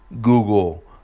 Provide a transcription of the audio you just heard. google